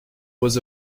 was